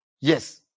Yes